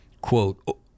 Quote